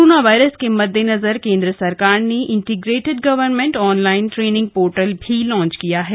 corona virus के मददेनजर केंद्र सरकार ने integrated government online training portal भी लॉन्च किया है